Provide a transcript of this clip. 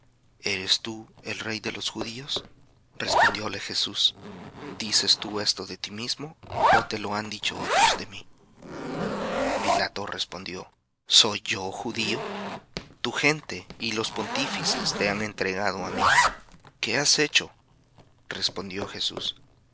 eres tú el rey de los judíos respondióle jesús dices tú esto de ti mismo ó te lo han dicho otros de mí pilato respondió soy yo judío tu gente y los pontífices te han entregado á mí qué has hecho respondió jesús